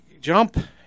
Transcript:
jump